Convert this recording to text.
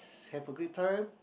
have a great time